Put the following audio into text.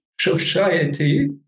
society